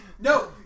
No